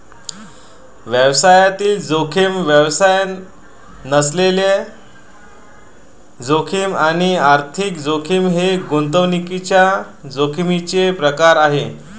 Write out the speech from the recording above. व्यवसायातील जोखीम, व्यवसाय नसलेली जोखीम आणि आर्थिक जोखीम हे गुंतवणुकीच्या जोखमीचे प्रकार आहेत